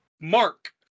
mark